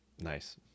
nice